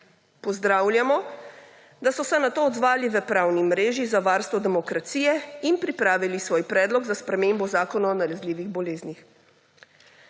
Pozdravljamo, da so se na to odzvali v Pravni mreži za varstvo demokracije in pripravili svoj predlog za spremembo Zakona o nalezljivih boleznih.